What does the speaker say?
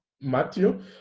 matthew